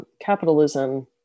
capitalism